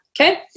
okay